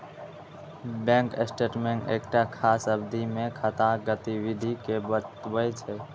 bank statement एकटा खास अवधि मे खाताक गतिविधि कें बतबै छै